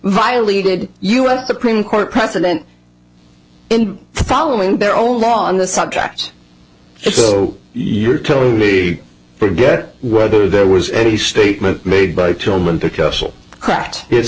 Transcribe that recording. violated u s supreme court precedent following their own law on the subject so you're telling me forget whether there was any statement made by